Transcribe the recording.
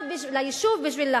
ליישוב בשביל להרוס.